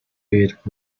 bit